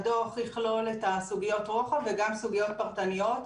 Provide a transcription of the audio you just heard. הדוח יכלול את סוגיות הרוחב וגם סוגיות פרטניות.